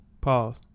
Pause